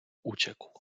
uciekł